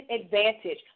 advantage